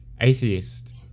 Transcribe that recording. atheist